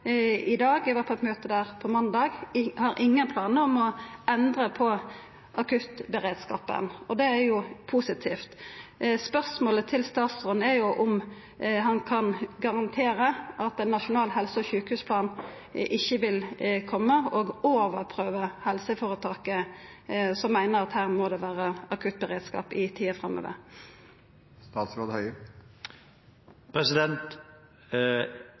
i dag – eg var på eit møte der på måndag – ikkje har planar om å endra på aktuttberedskapen, og det er jo positivt. Spørsmålet til statsråden er om han kan garantera at ein nasjonal helse- og sjukehusplan ikkje vil koma og overprøva helseføretaket, som meiner at her må det vera akuttberedskap i tida